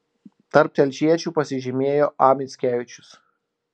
tarp telšiečių pasižymėjo a mickevičius